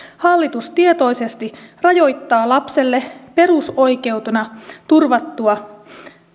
hallitus tietoisesti rajoittaa lapselle perusoikeutena turvattua